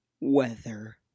weather